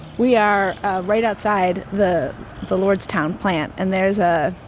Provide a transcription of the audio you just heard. we are right outside the the lordstown plant, and there is a,